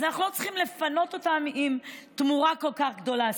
אז אנחנו לא צריכים לפנות אותם עם תמורה כל כך גדולה.